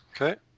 Okay